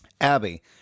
Abby